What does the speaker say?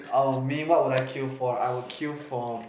oh me what would I queue for I would queue for